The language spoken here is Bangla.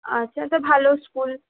আচ্ছা তা ভালো স্কুল